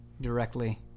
directly